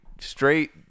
straight